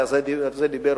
ועל זה דיבר,